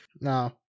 No